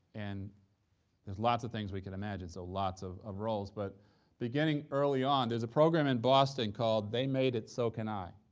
and there's lots of things we could imagine, so lots of of roles, but beginning early on, there's a program in boston called they made it so can i